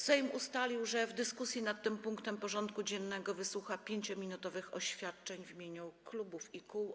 Sejm ustalił, że w dyskusji nad tym punktem porządku dziennego wysłucha 5-minutowych oświadczeń w imieniu klubów i kół.